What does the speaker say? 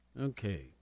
Okay